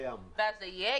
ואז זה יהיה.